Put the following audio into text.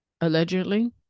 allegedly